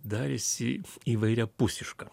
darėsi įvairiapusiška